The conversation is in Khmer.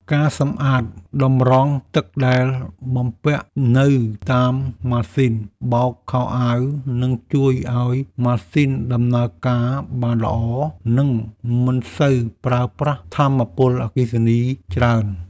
ការសម្អាតតម្រងទឹកដែលបំពាក់នៅតាមម៉ាស៊ីនបោកខោអាវ នឹងជួយឱ្យម៉ាស៊ីនដំណើរការបានល្អ និងមិនសូវប្រើប្រាស់ថាមពលអគ្គិសនីច្រើន។